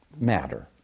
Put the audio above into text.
matter